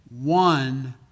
One